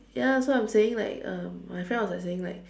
ya so I'm saying like um my friend was like saying like